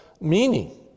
meaning